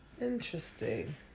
Interesting